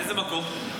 איזה מקום?